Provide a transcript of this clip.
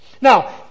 Now